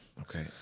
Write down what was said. Okay